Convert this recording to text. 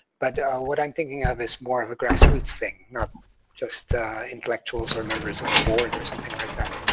but what i'm thinking of is more of a grassroots thing, not just intellectuals or members of a board, or something like that,